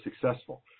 successful